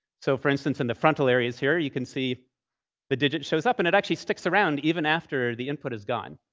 so for instance, in the frontal areas here, you can see the digit shows up. and it actually sticks around even after the input is gone,